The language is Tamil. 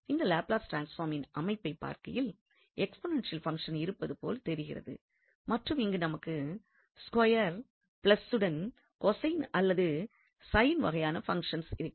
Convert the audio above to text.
இந்த லாப்லஸ் ட்ரான்ஸ்பார்மின் அமைப்பைப் பார்க்கையில் எக்ஸ்போனேன்ஷியல் பங்ஷன் இருப்பது போல் தெரிகிறது மற்றும் இங்கு நமக்கு ஸ்கொயார் பிளசுடன் கோசைன் அல்லது சைன் வகையான பங்ஷன்ஸ் இருக்கிறது